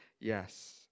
Yes